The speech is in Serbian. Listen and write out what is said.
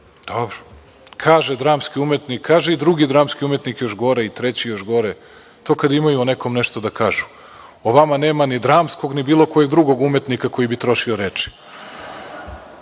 Dobro, kaže dramski umetnik, kaže i drugi dramski umetnik još gore i treći još gore. To kad imaju o nekom nešto da kažu. O vama nema ni dramskog, ni bilo kojeg drugog umetnika koji bi trošio reči. Da